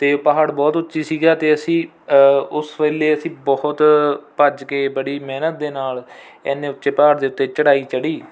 ਅਤੇ ਪਹਾੜ ਬਹੁਤ ਉੱਚਾ ਸੀਗਾ ਅਤੇ ਅਸੀਂ ਉਸ ਵੇਲੇ ਅਸੀਂ ਬਹੁਤ ਭੱਜ ਕੇ ਬੜੀ ਮਿਹਨਤ ਦੇ ਨਾਲ ਇੰਨੇ ਉੱਚੇ ਪਹਾੜ ਦੇ ਉੱਤੇ ਚੜ੍ਹਾਈ ਚੜ੍ਹੀ